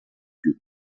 più